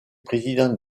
président